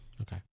Okay